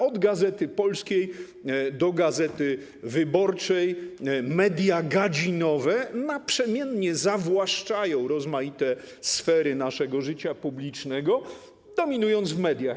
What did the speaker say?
Od ˝Gazety Polskiej˝ do ˝Gazety Wyborczej˝ media gadzinowe naprzemiennie zawłaszczają rozmaite sfery naszego życia publicznego, dominując w przekazach medialnych.